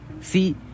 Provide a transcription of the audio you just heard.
See